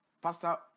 pastor